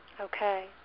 Okay